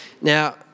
Now